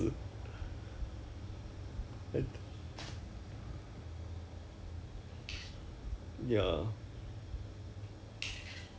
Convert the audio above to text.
err but actually Xin Mei is still quite nice ah 她 occasionally 还会 text 我 like err to tell me about job opportunities for Sung Mi